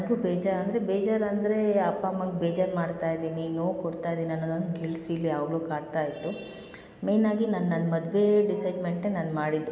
ನನಗೂ ಬೇಜಾರು ಅಂದರೆ ಬೇಜಾ ಅಂದರೆ ಅಪ್ಪ ಅಮ್ಮಂಗೆ ಬೇಜಾರು ಮಾಡ್ತಾ ಇದ್ದೀನಿ ನೋವು ಕೊಡ್ತಾ ಇದ್ದೀನಿ ಅನ್ನೊದೊಂದು ಗಿಲ್ಟ್ ಫೀಲ್ ಯಾವಾಗಲೂ ಕಾಡ್ತಾ ಇತ್ತು ಮೇನ್ ಆಗಿ ನಾನು ನನ್ನ ಮದುವೆ ಡಿಸೈಡ್ಮೆಂಟೇ ನಾನು ಮಾಡಿದ್ದು